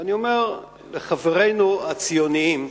ואני אומר לחברינו הציונים: